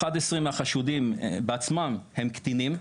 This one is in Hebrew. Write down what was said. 11 מהחשודים בעצמם הם קטינים.